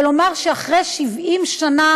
ולומר שאחרי 70 שנה